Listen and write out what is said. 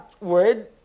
word